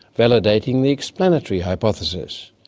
validating the explanatory hypothesis.